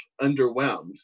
underwhelmed